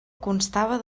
constava